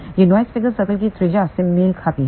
यह noise figure circle की त्रिज्या से मेल खाती है